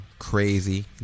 Crazy